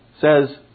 says